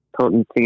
potency